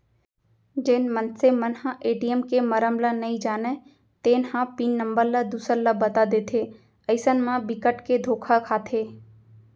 जेन मनसे मन ह ए.टी.एम के मरम ल नइ जानय तेन ह पिन नंबर ल दूसर ल बता देथे अइसन म बिकट के धोखा खाथे